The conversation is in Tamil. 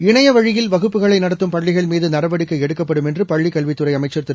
இணையவழியில் வகுப்புகளை நடத்தும் பள்ளிகள் மீது நடவடிக்கை எடுக்கப்படும் என்று பள்ளிக்கல்வித்துறை அமைச்சா்திரு